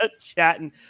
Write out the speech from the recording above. Chatting